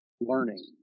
learning